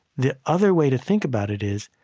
the other way to think about it is,